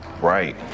Right